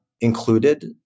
included